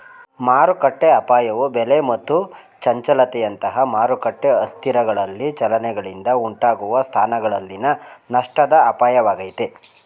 ಮಾರುಕಟ್ಟೆಅಪಾಯವು ಬೆಲೆ ಮತ್ತು ಚಂಚಲತೆಯಂತಹ ಮಾರುಕಟ್ಟೆ ಅಸ್ಥಿರಗಳಲ್ಲಿ ಚಲನೆಗಳಿಂದ ಉಂಟಾಗುವ ಸ್ಥಾನಗಳಲ್ಲಿನ ನಷ್ಟದ ಅಪಾಯವಾಗೈತೆ